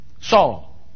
Saul